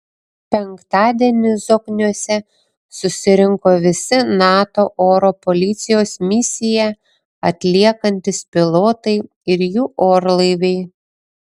penktadienį zokniuose susirinko visi nato oro policijos misiją atliekantys pilotai ir jų orlaiviai